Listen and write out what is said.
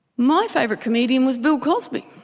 my favorite comedian was bill cosby